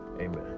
amen